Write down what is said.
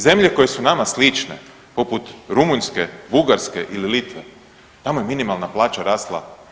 Zemlje koje su nama slične poput Rumunjske, Bugarske ili Litve nama je minimalna plaća rasla 70%